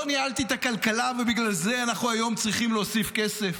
לא ניהלתי את הכלכלה ובגלל זה אנחנו היום צריכים להוסיף כסף?